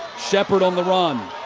sheppard on the run.